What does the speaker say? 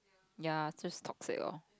ya it's just toxic orh